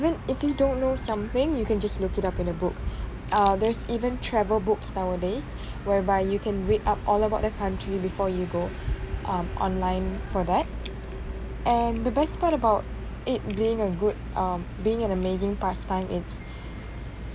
when if you don't know something you can just look it up in a book uh there's even travel books nowadays whereby you can read up all about the country before you go um online for that and the best part about it being a good um being an amazing past time it's